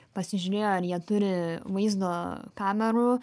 pasižiūrėjo ar jie turi vaizdo kamerų